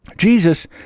Jesus